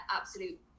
absolute